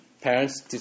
parents